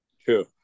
True